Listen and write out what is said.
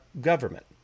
government